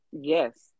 yes